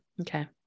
okay